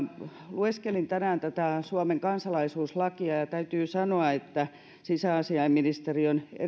lueskelin tänään suomen kansalaisuuslakia ja täytyy sanoa että sisäasiainministeriön